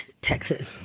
Texas